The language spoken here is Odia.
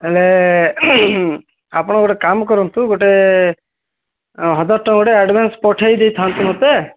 ହେଲେ ଆପଣ ଗୋଟେ କାମ କରନ୍ତୁ ଗୋଟେ ହଜାର ଟଙ୍କା ଗୋଟେ ଆଡ଼ଭାନ୍ସ ପଠାଇ ଦେଇଥାନ୍ତୁ ମୋତେ